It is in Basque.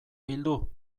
bildu